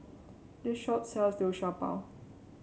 this shop sells Liu Sha Bao